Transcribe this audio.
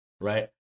right